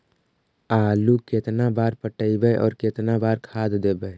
आलू केतना बार पटइबै और केतना बार खाद देबै?